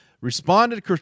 responded